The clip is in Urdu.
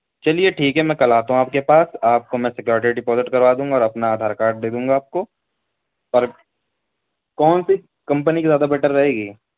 چلیے ٹھیک ہے میں کل آتا ہوں آپ کے پاس آپ کو میں سیکورٹی ڈپوزٹ کروا دوں گا اور اپنا آدھار کاڈ دے دوں گا آپ کو اور کون سی کمپنی کی زیادہ بیٹر رہے گی